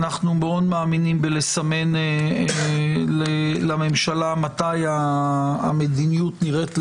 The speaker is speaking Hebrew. אנחנו מאוד מאמינים בסימון לממשלה מתי המדיניות נראית לנו,